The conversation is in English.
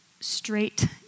straight